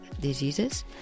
diseases